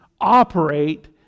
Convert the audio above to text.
operate